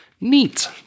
Neat